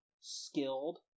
skilled